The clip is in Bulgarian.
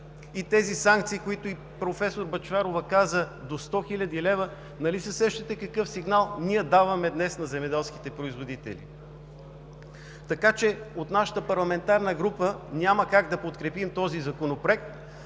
с тези санкции, за които и професор Бъчварова каза, до 100 хил. лв., нали се сещате какъв сигнал даваме днес на земеделските производители? От нашата парламентарна група няма как да подкрепим този законопроект.